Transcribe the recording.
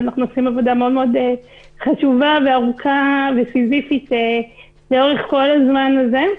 אנחנו עושים עבודה חשובה וארוכה וסיזיפית מאוד לאורך כל הזמן הזה.